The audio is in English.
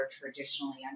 traditionally